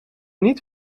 niet